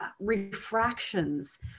refractions